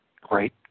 great